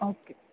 okay